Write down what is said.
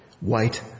white